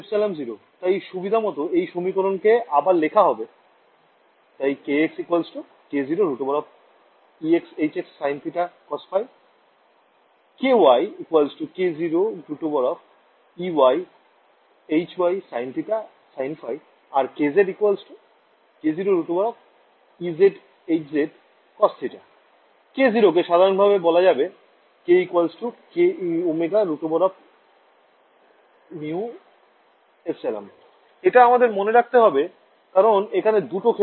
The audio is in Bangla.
এটাকেই আমরা বলবো perfectly matched perfectly matched মানে কি